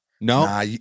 No